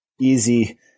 easy